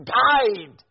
died